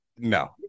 No